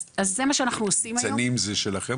אז זה מה שאנחנו עושים היום --- צנים זה שלכם,